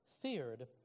feared